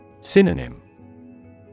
Synonym